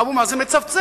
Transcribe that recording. אבו מאזן מצפצף.